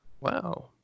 Wow